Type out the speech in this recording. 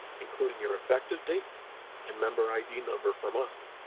including your effective date and member id number from us.